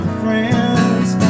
friends